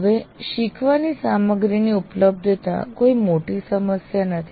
હવે શીખવાની સામગ્રીની ઉપલબ્ધતા કોઈ મોટી સમસ્યા નથી